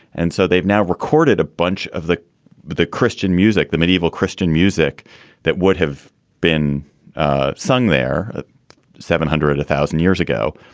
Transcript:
and so they've now recorded a bunch of the the christian music, the medieval christian music that would have been ah sung there seven hundred thousand years ago.